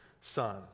son